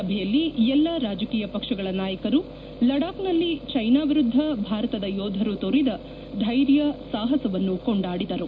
ಸಭೆಯಲ್ಲಿ ಎಲ್ಲಾ ರಾಜಕೀಯ ಪಕ್ಷಗಳ ನಾಯಕರು ಲಡಾಖ್ನಲ್ಲಿ ಚೈನಾ ವಿರುದ್ಧ ಭಾರತದ ಯೋಧರು ತೋರಿದ ಧೈರ್ಯ ಸಾಪಸವನ್ನು ಕೊಂಡಾಡಿದರು